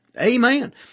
Amen